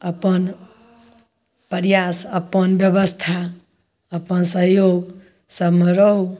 अपन प्रयास अपन ब्यबस्था अपन सहयोग सभमे रहु